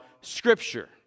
Scripture